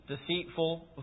deceitful